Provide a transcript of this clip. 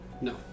No